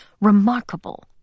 remarkable